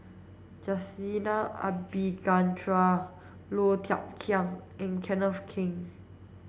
Jacintha Abisheganaden Low Thia Khiang and Kenneth Keng